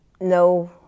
no